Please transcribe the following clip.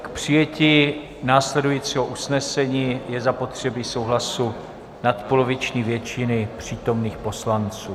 K přijetí následujícího usnesení je zapotřebí souhlasu nadpoloviční většiny přítomných poslanců.